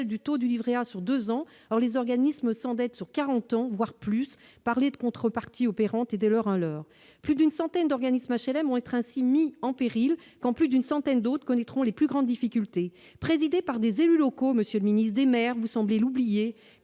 du taux du Livret A sur 2 ans, alors les organismes s'endettent sur 40 ans voire plus parler de contrepartie opérante et de leur hein leur plus d'une centaine d'organismes HLM vont être ainsi mis en péril, quand plus d'une centaine d'autres connaîtront les plus grandes difficultés présidés par des élus locaux, monsieur le ministre, des maires, vous semblez l'oublier